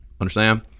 Understand